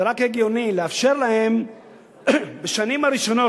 זה רק הגיוני לאפשר להם בשנים הראשונות